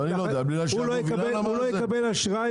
הוא לא יקבל.